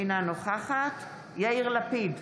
אינה נוכחת יאיר לפיד,